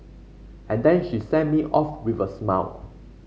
and then she sent me off with a smile